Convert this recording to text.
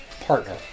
partner